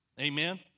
Amen